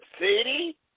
city